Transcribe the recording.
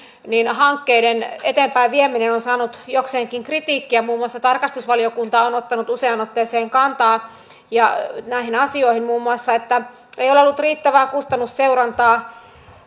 hankkeiden eteenpäinvieminen on saanut jokseenkin kritiikkiä muun muassa tarkastusvaliokunta on ottanut useaan otteeseen kantaa näihin asioihin muun muassa että ei ole ollut riittävää kustannusseurantaa